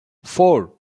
four